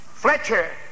Fletcher